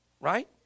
right